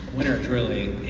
winter is really,